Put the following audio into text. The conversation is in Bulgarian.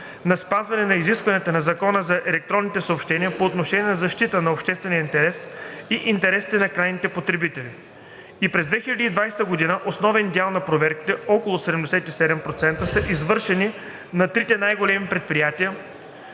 на спазване на изискванията на Закона за електронните съобщения по отношение на защита на обществения интерес и интересите на крайните потребители. И през 2020 г. основен дял от проверките (около 77%) са извършени на трите най-големи предприятия,